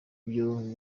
byo